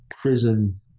prison